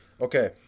Okay